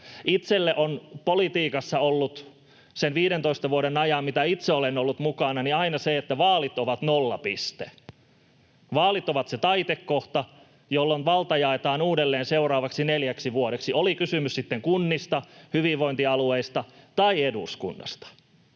Itselleni ovat politiikassa olleet sen 15 vuoden ajan, mitä itse olen ollut mukana, aina vaalit nollapiste. Vaalit ovat se taitekohta, jolloin valta jaetaan uudelleen seuraavaksi neljäksi vuodeksi, oli kysymys sitten kunnista, hyvinvointialueista tai eduskunnasta.